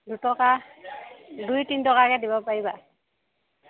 দুটকা দুই তিনি টকাকৈ দিব পাৰিবা